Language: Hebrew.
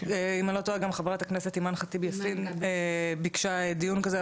אם אני לא טועה גם חברת הכנסת אימאן ח'טיב יאסין ביקשה דיון כזה,